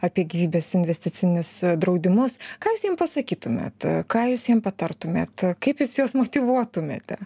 apie gyvybės investicinis draudimus ką jūs jiem pasakytumėt ką jūs jiem patartumėt kaip jūs juos motyvuotumėte